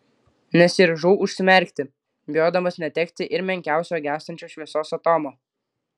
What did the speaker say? nesiryžau užsimerkti bijodamas netekti ir menkiausio gęstančios šviesos atomo